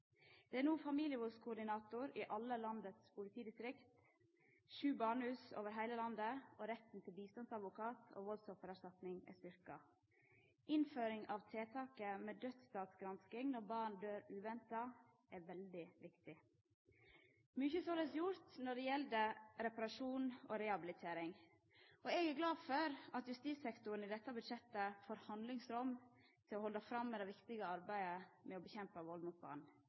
Det er no familievaldskoordinator i alle landets politidistrikt og sju barnehus over heile landet, og retten til bistandsadvokat og valdsoffererstatning er styrkt. Innføring av tiltaket med dødsstadsgransking når barn dør uventa, er veldig viktig. Mykje er såleis gjort når det gjeld reparasjon og rehabilitering. Og eg er glad for at justissektoren i dette budsjettet får handlingsrom til å halda fram med det viktige arbeidet med å kjempa mot vald mot